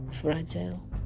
fragile